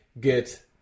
get